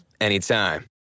anytime